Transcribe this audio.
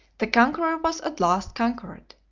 the conqueror was at last conquered.